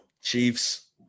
Chiefs